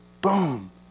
Boom